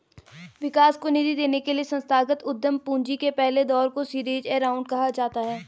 विकास को निधि देने के लिए संस्थागत उद्यम पूंजी के पहले दौर को सीरीज ए राउंड कहा जाता है